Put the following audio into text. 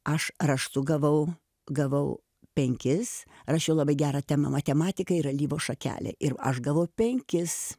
aš raštu gavau gavau penkis rašiau labai gerą temą matematika ir alyvos šakelė ir aš gavau penkis